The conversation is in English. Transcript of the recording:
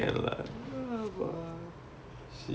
ya I cannot